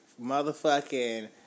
motherfucking